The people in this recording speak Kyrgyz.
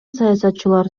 саясатчылар